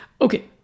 Okay